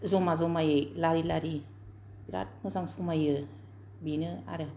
जमा जमायै लारि लारि बिराद मोजां समायो बेनो आरो